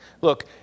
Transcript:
Look